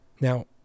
Now